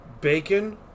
bacon